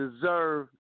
deserve